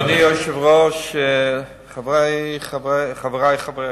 אדוני היושב-ראש, חברי חברי הכנסת,